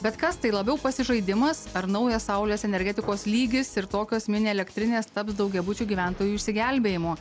bet kas tai labiau pasižaidimas ar naujas saulės energetikos lygis ir tokios mini elektrinės taps daugiabučių gyventojų išsigelbėjimu